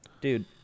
Dude